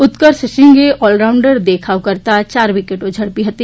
ઉત્કર્ષ સિંઘે all rounder દેખાવ કરતા યાર વિકેટો ઝડપી હતી